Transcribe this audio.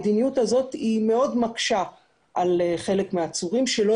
המדיניות הזאת מאוד מקשה על חלק מהעצורים שלא